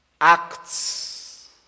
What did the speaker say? Acts